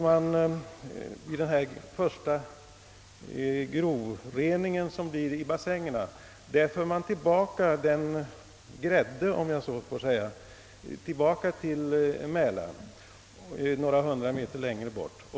Vid den första grovreningen i bassängerna för man tillbaka »grädden» — om jag så får säga — till Mälaren några hundra meter längre bort.